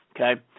Okay